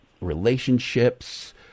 relationships